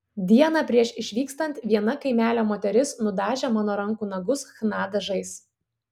dieną prieš išvykstant viena kaimelio moteris nudažė mano rankų nagus chna dažais